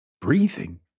breathing